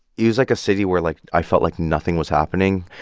it was, like, a city where, like, i felt like nothing was happening.